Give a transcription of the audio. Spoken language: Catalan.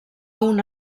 una